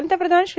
पंतप्रधान श्री